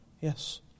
Yes